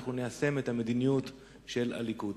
אנחנו ניישם את המדיניות של הליכוד.